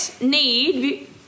need